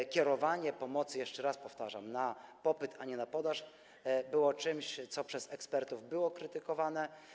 A kierowanie pomocy, jeszcze raz powtarzam, na popyt, a nie na podaż, było czymś, co przez ekspertów było krytykowane.